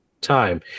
time